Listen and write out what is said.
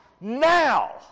now